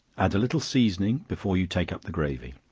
add a little seasoning before you take up the gravy.